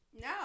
No